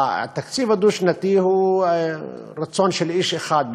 התקציב הדו-שנתי הוא רצון של איש אחד,